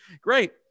Great